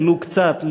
ולו קצת,